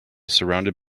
surrounded